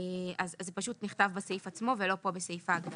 אז זה פשוט נכתב בסעיף עצמו ולא פה בסעיף ההגדרות.